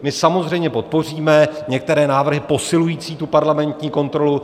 My samozřejmě podpoříme některé návrhy posilující parlamentní kontrolu.